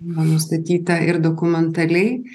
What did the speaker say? buvo nustatyta ir dokumentaliai